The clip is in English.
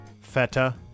feta